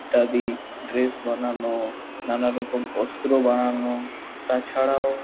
ইত্যাদি ড্রেস বানানো নানারকম অস্ত্র বানানো তাছাড়াও